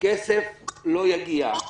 כסף לא יגיע.